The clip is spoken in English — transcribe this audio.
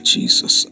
Jesus